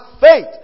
faith